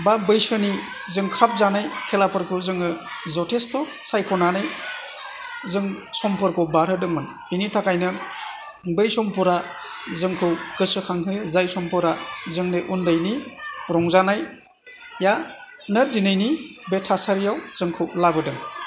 बा बैसोनि जों खाबजानाय खेलाफोरखौ जोङो जथेस्थ' सायख'नानै जों समफोरखौ बारहोदोंमोन बिनि थाखायनो बै समफोरा जोंखौ गोसोखांहोयो जाय समफोरा जोंनि उन्दैनि रंजानायानो दिनैनि बे थासारियाव जोंखौ लाबोदों